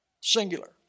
singular